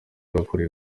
wakoreye